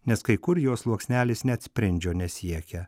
nes kai kur jo sluoksnelis net sprindžio nesiekia